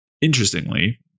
interestingly